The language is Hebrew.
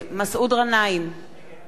נגד משה גפני,